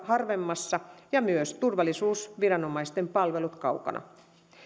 harvemmassa ja myös turvallisuusviranomaisten palvelut kaukana